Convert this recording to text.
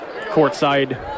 courtside